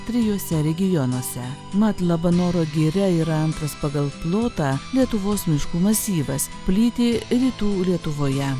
trijuose regionuose mat labanoro giria yra antras pagal plotą lietuvos miškų masyvas plyti rytų lietuvoje